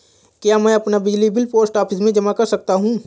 क्या मैं अपना बिजली बिल पोस्ट ऑफिस में जमा कर सकता हूँ?